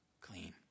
clean